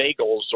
bagels